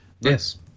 Yes